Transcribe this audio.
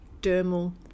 Dermal